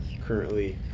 currently